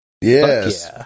Yes